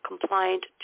compliant